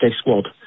squad